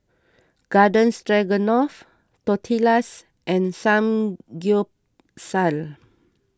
Garden Stroganoff Tortillas and Samgyeopsal